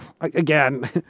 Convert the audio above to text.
again